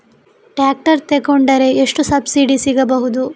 Tractor ತೊಕೊಂಡರೆ ಎಷ್ಟು subsidy ಸಿಗಬಹುದು?